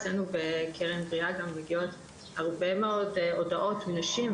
אצלנו בקרן בריאה גם מגיעות הרבה מאוד הודעות מנשים